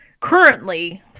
currently